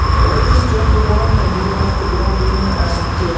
galatians chapter one and we'll have to drop in at,